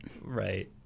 Right